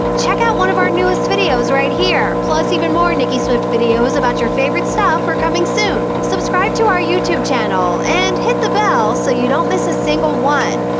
check out one of our newest videos right here! plus, even more nicki swift videos about your favorite stuff are coming soon. subscribe to our youtube channel and hit the bell so you don't miss a single one.